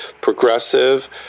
progressive